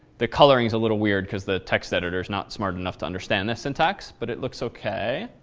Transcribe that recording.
the coloring is a little weird because the text editor is not smart enough to understand this syntax but it looks ok.